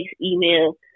email